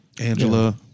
Angela